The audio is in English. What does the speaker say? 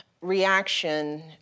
reaction